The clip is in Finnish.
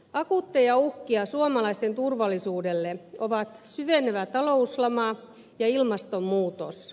akuutteja uhkia suomalaisten turvallisuudelle ovat syvenevä talouslama ja ilmastonmuutos